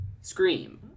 Scream